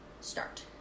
start